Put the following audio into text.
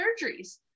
surgeries